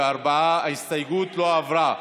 ההסתייגות (1) של חבר הכנסת מיקי לוי לסעיף 1 לא נתקבלה.